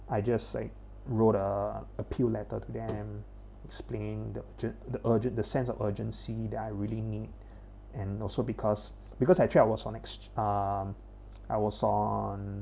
I just say wrote a appeal letter to them explained th~ the urgent the sense of urgency that I really need and also because because I travel the next um I was on